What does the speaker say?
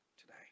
today